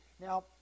Now